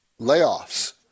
Layoffs